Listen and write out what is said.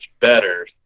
better